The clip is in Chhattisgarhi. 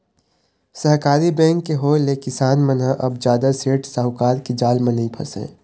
सहकारी बेंक के होय ले किसान मन ह अब जादा सेठ साहूकार के जाल म नइ फसय